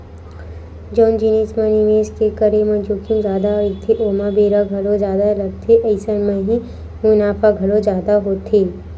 जउन जिनिस म निवेस के करे म जोखिम जादा रहिथे ओमा बेरा घलो जादा लगथे अइसन म ही मुनाफा घलो जादा होथे